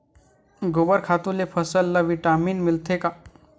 गोबर खातु ले फसल ल का विटामिन मिलथे का?